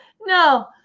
No